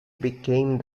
became